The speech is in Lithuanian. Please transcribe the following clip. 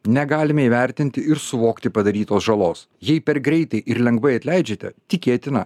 negalime įvertinti ir suvokti padarytos žalos jei per greitai ir lengvai atleidžiate tikėtina